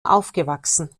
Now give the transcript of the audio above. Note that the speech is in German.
aufgewachsen